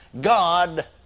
God